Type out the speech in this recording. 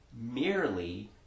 merely